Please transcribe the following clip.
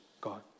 God